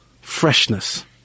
freshness